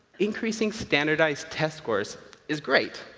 increasing standardized test scores is great.